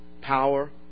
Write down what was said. power